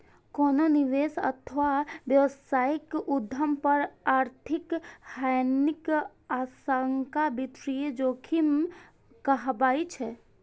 कोनो निवेश अथवा व्यावसायिक उद्यम पर आर्थिक हानिक आशंका वित्तीय जोखिम कहाबै छै